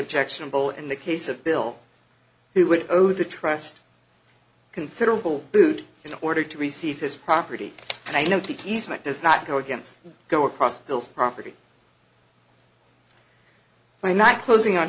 objectionable in the case of bill who would over the trust considerable food in order to receive his property and i know t s mike does not go against go across bill's property by not closing on